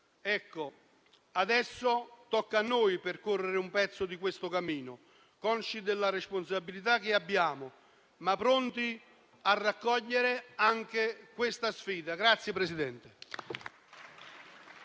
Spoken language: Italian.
Ecco, adesso tocca a noi percorrere un pezzo di quel cammino, consci della responsabilità che abbiamo, ma pronti a raccogliere anche questa sfida.